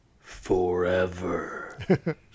Forever